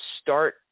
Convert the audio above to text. start